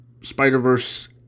Spider-Verse